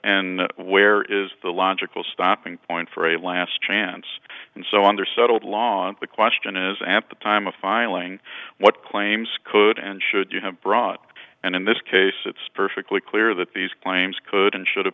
and where is the logical stopping point for a last chance and so under settled law the question is at the time of filing what claims could and should you have brought and in this case it's perfectly clear that these claims could and should